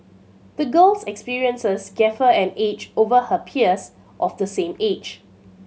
the girl's experiences gave her an edge over her peers of the same age